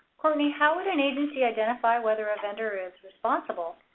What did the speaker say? courtney, how would an agency identify whether a vendor is responsible?